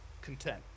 content